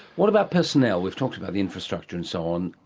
what about personnel? we've talked about the infrastructure and so on,